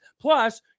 plus